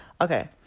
okay